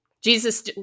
Jesus